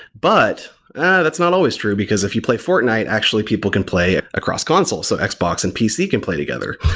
but that's not always true, because if you play fortnite, actually, people can play across consoles. so xbox and pc can play together.